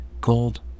gold